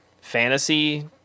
fantasy